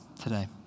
today